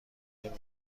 میوه